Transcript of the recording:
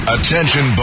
Attention